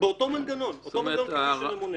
באותו מנגנון כפי שהוא ממונה.